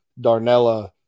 Darnella